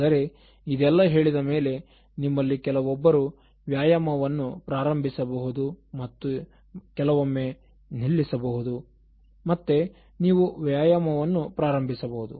ಆದರೆ ಇದೆಲ್ಲ ಹೇಳಿದ ಮೇಲೆ ನಿಮ್ಮಲ್ಲಿ ಕೆಲವೊಬ್ಬರು ವ್ಯಾಯಾಮವನ್ನು ಪ್ರಾರಂಭಿಸಬಹುದು ಮತ್ತೆ ಕೆಲವೊಮ್ಮೆ ನಿಲ್ಲಿಸಬಹುದು ಮತ್ತೆ ನೀವು ವ್ಯಾಯಾಮವನ್ನು ಪ್ರಾರಂಭಿಸಬಹುದು